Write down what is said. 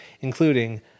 including